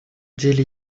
деле